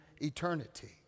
eternity